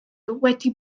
wedi